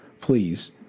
please